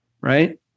right